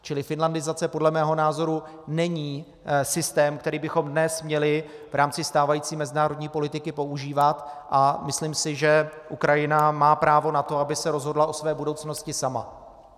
Čili finlandizace podle mého názoru není systém, který bychom dnes měli v rámci stávající mezinárodní politiky používat, a myslím si, že Ukrajina má právo na to, aby se rozhodla o své budoucnosti sama.